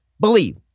believe